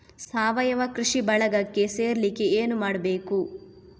ಸಾವಯವ ಕೃಷಿ ಬಳಗಕ್ಕೆ ಸೇರ್ಲಿಕ್ಕೆ ಏನು ಮಾಡ್ಬೇಕು?